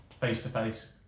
face-to-face